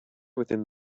within